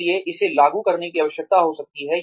इसलिए इसे लागू करने की आवश्यकता हो सकती है